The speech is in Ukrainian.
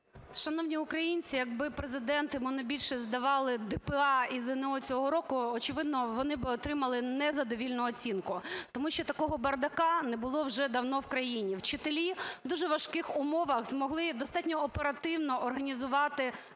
Шановні українці! Якби Президент і монобільшість здавали ДПА і ЗНО цього року, очевидно, вони би отримали незадовільну оцінку. Тому що такого бардака не було вже давно в країні. Вчителі в дуже важких умовах змогли достатньо оперативно організувати